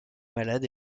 malade